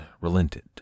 relented